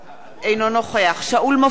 אינו נוכח שאול מופז,